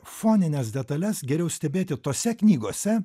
fonines detales geriau stebėti tose knygose